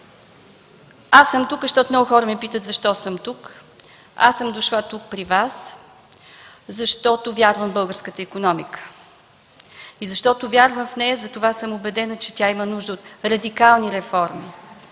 от техния опит. Много хора ме питат защо съм тук. Аз съм дошла тук, при Вас, защото вярвам в българската икономика. И защото вярвам в нея, затова съм убедена, че тя има нужда от радикални реформи,